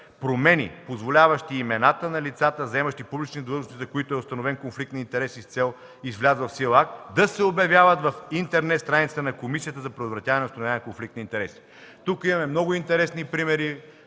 промени, позволяващи имената на лицата, заемащи публични длъжности, за които е установен конфликт на интереси с цел и с влязъл в сила акт, да се обявяват в интернет страницата на Комисията за предотвратяване и установяване на конфликт на интереси. Тук имаме много интересни примери